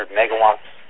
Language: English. megawatts